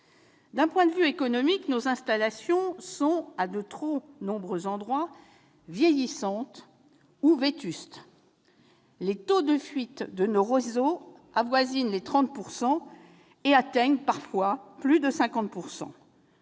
D'un point de vue économique, nos installations sont, en de trop nombreux endroits, vieillissantes ou vétustes. Les taux de fuite de nos réseaux avoisinent 30 % et atteignent parfois plus de 50 %.